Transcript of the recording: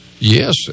Yes